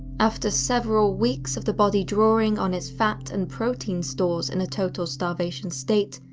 after several weeks of the body drawing on its fat and protein stores in a total-starvation state,